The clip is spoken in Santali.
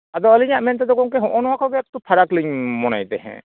ᱟᱡᱚ ᱟᱞᱤᱧᱟᱜ ᱢᱮᱱᱛᱮᱫᱚ ᱜᱚᱝᱠᱮ ᱦᱚᱸᱜᱼᱚ ᱱᱚᱣᱟ ᱠᱚᱜᱮ ᱮᱠᱴᱩ ᱯᱷᱟᱨᱟᱠ ᱞᱤᱧ ᱢᱚᱱᱮᱭᱫ ᱛᱟᱦᱮᱸᱫ